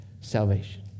salvation